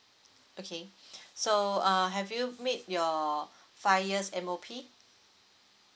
okay so uh have you meet your five years M_O_P